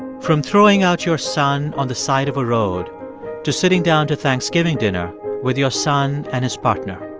from throwing out your son on the side of a road to sitting down to thanksgiving dinner with your son and his partner.